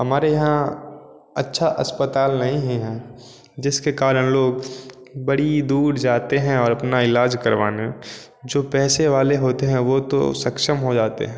हमारे यहाँ अच्छा अस्पताल नहीं है जिसके कारण लोग बड़ी दूर जाते हैं और अपना इलाज करवाने जो पैसे वाले होते हैं वो तो सक्षम हो जाते हैं